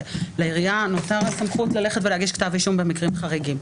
לעירייה נותרה הסמכות ללכת ולהגיש כתב אישום במקרים חריגים.